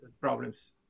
problems